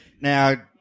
Now